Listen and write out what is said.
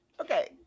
Okay